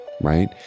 right